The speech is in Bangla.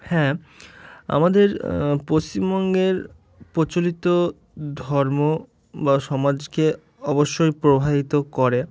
হ্যাঁ আমাদের পশ্চিমবঙ্গের প্রচলিত ধর্ম বা সমাজকে অবশ্যই প্রভাবিত করে